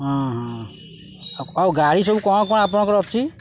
ହଁ ହଁ ଆଉ ଗାଡ଼ି ସବୁ କ'ଣ କ'ଣ ଆପଣଙ୍କର ଅଛି